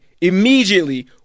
immediately